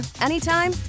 anytime